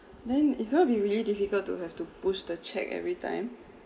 then it's going to be really difficult to have to boost the check every time